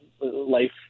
life